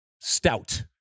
stout